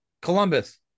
Columbus